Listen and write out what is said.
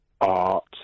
art